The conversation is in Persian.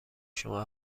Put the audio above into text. شما